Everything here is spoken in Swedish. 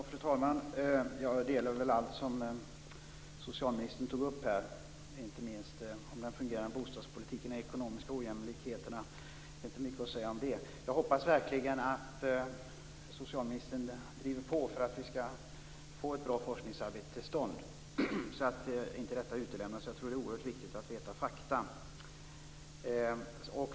Fru talman! Jag delar socialministerns uppfattning i fråga om allt som han tog upp, inte minst om den fungerande bostadspolitiken och de ekonomiska ojämlikheterna. Det är inte mycket att säga om det. Jag hoppas verkligen att socialministern driver på för att vi skall få ett bra forskningsarbete till stånd, så att detta inte utelämnas. Jag tror att det är oerhört viktigt att veta faktum.